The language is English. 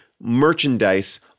merchandise